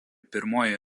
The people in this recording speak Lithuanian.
pirmoji